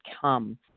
come